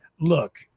Look